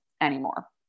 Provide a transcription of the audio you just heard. anymore